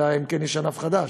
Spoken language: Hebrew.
אלא אם כן יש ענף חדש,